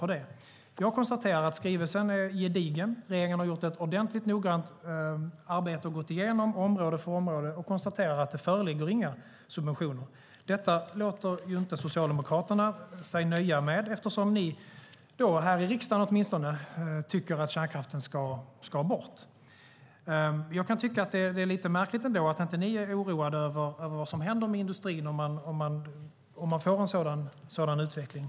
Jag konstaterar att skrivelsen är gedigen. Regeringen har gjort ett ordentligt och noggrant arbete och gått igenom område för område och konstaterar att det inte föreligger några subventioner. Detta låter inte Socialdemokraterna sig nöja med, eftersom de, här i riksdagen åtminstone, tycker att kärnkraften ska bort. Jag kan tycka att det är lite märkligt ändå att de inte är oroade över vad som händer med industrin om man får en sådan utveckling.